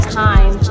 time